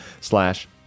slash